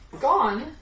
Gone